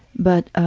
but